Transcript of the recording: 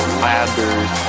ladders